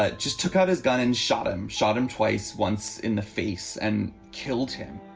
ah just took out his gun and shot him, shot him twice, once in the face and killed him